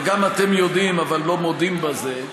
וגם אתם יודעים, אבל לא מודים בזה,